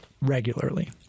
regularly